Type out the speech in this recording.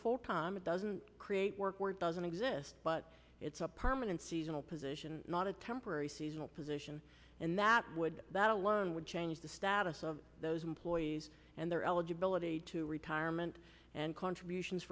comma doesn't create work or doesn't exist but it's a permanent seasonal position not a temporary seasonal position and that would that alone would change the status of those employees and their eligibility to retirement and contributions